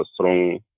strong